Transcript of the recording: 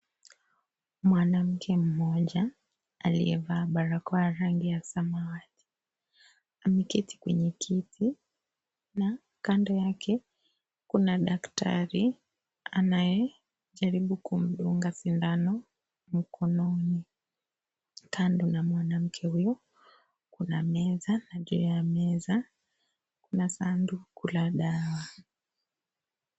Mwanamke mmoja aliyevaa barakoa ya rangi ya samawati, ameketi kwenye kiti, na kando yake, kuna daktari anayejaribu kumdunga sindano mkononi. Kando na mwanamke huyo kuna meza, na juu ya meza kuna sanduku la dawa.